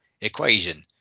equation